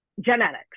genetics